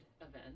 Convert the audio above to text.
event